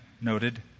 noted